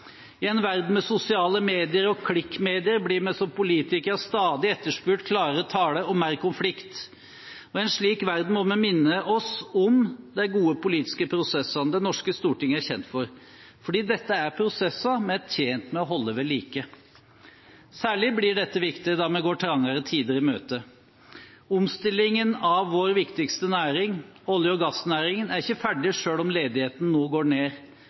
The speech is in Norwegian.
I en verden med sosiale medier og klikkmedier blir vi som politikere stadig etterspurt klarere tale og mer konflikt. Men i en slik verden må vi minne oss selv på de gode politiske prosessene Det norske storting er kjent for, fordi dette er prosesser vi er tjent med å holde ved like. Særlig blir dette viktig når vi går trangere tider i møte. Omstillingen av vår viktigste næring, olje- og gassnæringen, er ikke ferdig selv om ledigheten nå går ned,